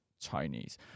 Chinese